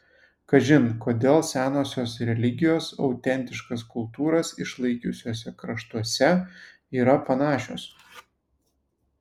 kažin kodėl senosios religijos autentiškas kultūras išlaikiusiuose kraštuose yra panašios